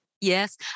Yes